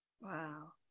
Wow